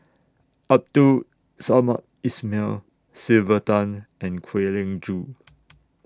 Abdul Samad Ismail Sylvia Tan and Kwek Leng Joo